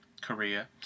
Korea